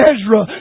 Ezra